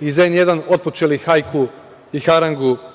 iz „N1“ otpočeli hajku i harangu